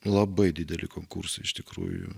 labai dideli konkursai iš tikrųjų